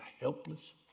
helpless